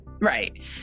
right